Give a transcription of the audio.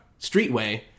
streetway